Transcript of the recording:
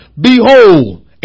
behold